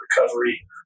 recovery